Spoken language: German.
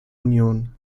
union